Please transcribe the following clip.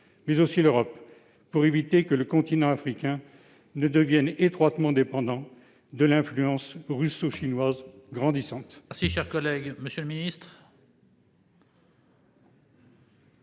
mais aussi l'Europe, pour éviter que le continent africain ne devienne étroitement dépendant de l'influence russo-chinoise grandissante ? La parole est à M. le ministre.